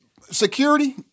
security